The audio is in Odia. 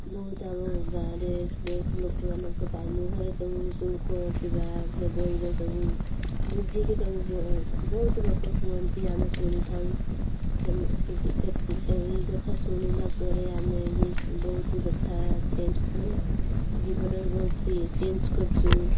ବହୁତ ଆମ ଗାଁରେ ବହୁତ ଲୋକ ମାନଙ୍କ ପାଇଁ ମୁହଁରେ ସବୁ ଶ୍ଲୋକ କିମ୍ବା ସେ ବହିର ସବୁ ବୁଝିକି ସବୁ ବହୁତ ଲୋକ କୁହନ୍ତି ଆମେ ଶୁଣି ଥାଉ ସେଇ କଥା ଶୁଣିଲା ପରେ ଆମେ ବି ବହୁତ କଥା ଚେଞ୍ଜ ମାନେ ଜୀବନରେ ବହୁତ ଇଏ ଚେଞ୍ଜ କରିଛୁ